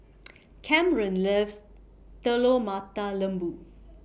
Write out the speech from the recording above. Camren loves Telur Mata Lembu